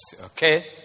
Okay